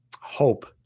hope